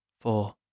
four